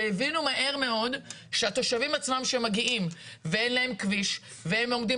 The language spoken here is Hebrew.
והבינו מהר מאוד שהתושבים עצמם שהם מגיעים ואין להם כביש והם עומדים